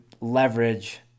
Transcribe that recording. leverage